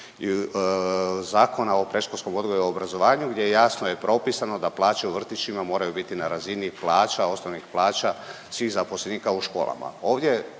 Zakona o predškolskom odgoju i obrazovanju gdje jasno je propisano da plaće u vrtićima moraju biti na razini plaća osnovnih plaća svih zaposlenika u školama.